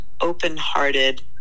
open-hearted